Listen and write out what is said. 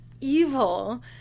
evil